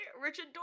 Richard